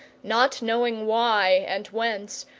not knowing why and whence,